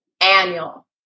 annual